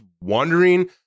wondering